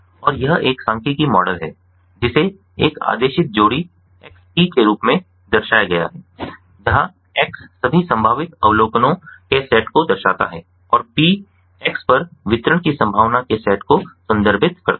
और यह एक सांख्यिकीय मॉडल है जिसे एक आदेशित जोड़ी एक्स पी के रूप में दर्शाया गया है जहां X सभी संभावित अवलोकनों के सेट को दर्शाता है और P X पर वितरण की संभावना के सेट को संदर्भित करता है